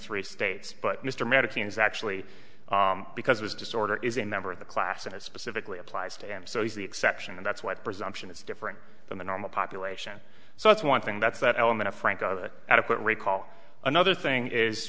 three states but mr madison's actually because his disorder is a member of the class and specifically applies to him so he's the exception and that's what presumption is different than the normal population so that's one thing that's that element of frank of it adequate recall another thing is